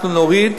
אנחנו נוריד